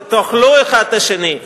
תאכלו אחד את השני.